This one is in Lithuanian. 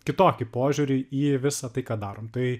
kitokį požiūrį į visa tai ką darom tai